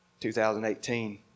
2018